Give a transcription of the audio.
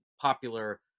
popular